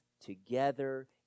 together